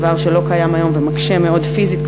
דבר שלא קיים היום ומקשה מאוד פיזית,